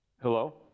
Hello